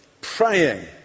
praying